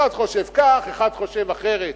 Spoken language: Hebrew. אחד חושב כך, אחד חושב אחרת.